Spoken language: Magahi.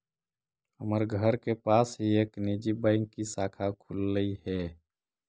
हमर घर के पास ही एक निजी बैंक की शाखा खुललई हे